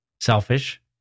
selfish